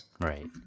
Right